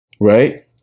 Right